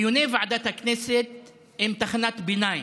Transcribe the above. דיוני ועדת הכנסת הם תחנת ביניים,